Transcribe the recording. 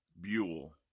buell